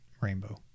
rainbow